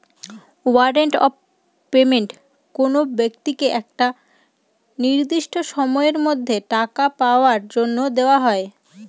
warrant of payment কোনো ব্যক্তিকে একটা নির্দিষ্ট সময়ের মধ্যে টাকা পাওয়ার জন্য দেওয়া হয়